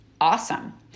Awesome